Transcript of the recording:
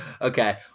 Okay